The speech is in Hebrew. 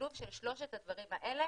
לבחון אותם,